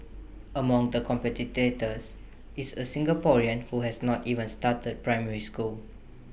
among the competitors is A Singaporean who has not even started primary school